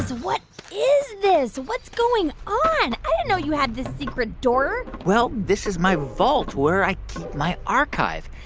what is this? what's going on? i didn't know you had this secret door well, this is my vault where i keep my archive.